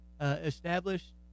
established